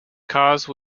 cause